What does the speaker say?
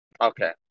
Okay